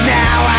now